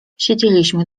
siedzieliśmy